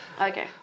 Okay